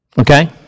Okay